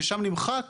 ששם נמחק